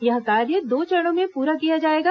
यह कार्य दो चरणों में पूरा किया जाएगा